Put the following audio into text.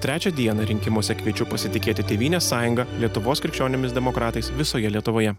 trečią dieną rinkimuose kviečiu pasitikėti tėvynės sąjunga lietuvos krikščionimis demokratais visoje lietuvoje